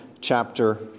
chapter